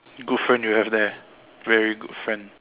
good friend you have there very good friend